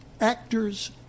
actors